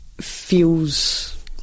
feels